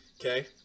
okay